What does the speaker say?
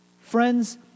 Friends